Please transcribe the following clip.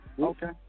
Okay